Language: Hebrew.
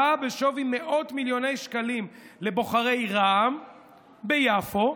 בשווי מאות מיליוני שקלים לבוחרי רע"ם ביפו.